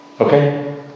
Okay